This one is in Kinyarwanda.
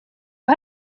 aho